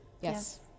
Yes